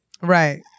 Right